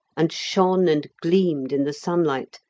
and shone and gleamed in the sunlight,